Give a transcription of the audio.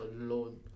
alone